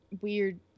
Weird